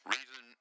Reason